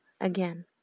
again